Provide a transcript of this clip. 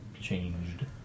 changed